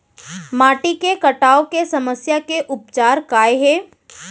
माटी के कटाव के समस्या के उपचार काय हे?